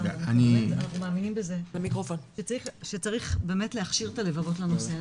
אנחנו מאמינים בזה שצריך באמת להכשיר את הלבבות לנושא הזה,